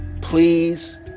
please